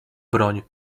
broń